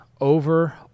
over